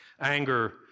Anger